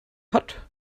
hat